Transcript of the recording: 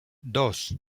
dos